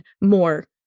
more